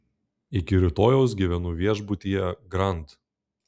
iki rytojaus gyvenu viešbutyje grand